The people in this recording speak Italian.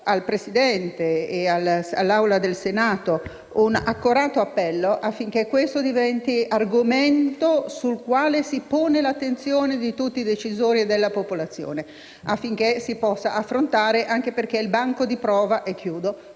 al Presidente e all'Assemblea del Senato un accorato appello, affinché questo diventi argomento sul quale si ponga l'attenzione di tutti i decisori e della popolazione, affinché lo si possa affrontare, anche perché è il banco di prova di